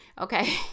okay